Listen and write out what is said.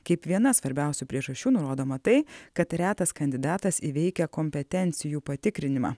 kaip viena svarbiausių priežasčių nurodoma tai kad retas kandidatas įveikia kompetencijų patikrinimą